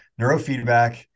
neurofeedback